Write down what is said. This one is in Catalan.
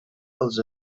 dels